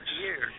Years